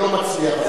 ולא מצליח,